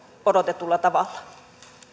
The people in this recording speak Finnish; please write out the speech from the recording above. odotetulla tavalla